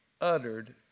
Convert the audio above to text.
uttered